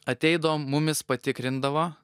ateidavo mumis patikrindavo